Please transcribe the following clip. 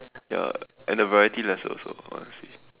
ya and the variety lesser also honestly